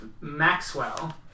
Maxwell